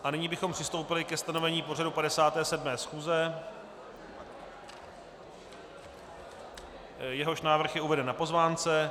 A nyní bychom přistoupili ke stanovení pořadu 57. schůze, jehož návrh je uveden na pozvánce.